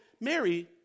Mary